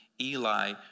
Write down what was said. Eli